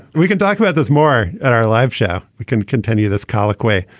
we can talk about this more at our live show. we can continue this colloquy.